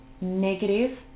negative